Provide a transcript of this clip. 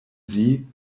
sie